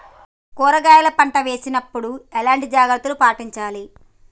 కూరగాయల పంట వేసినప్పుడు ఎలాంటి జాగ్రత్తలు పాటించాలి?